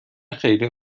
خیلی